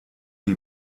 die